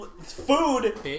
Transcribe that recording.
Food